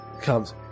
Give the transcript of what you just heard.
comes